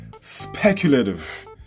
speculative